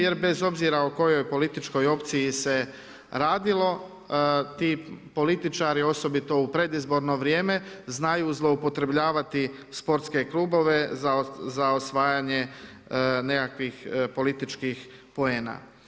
Jer, bez obzira o kojoj političkoj opciji se radilo, ti političari, osobito u predizborno vrijeme, znaju upotrebljavati sportske klubove, za osvajanje nekakvih političkih poena.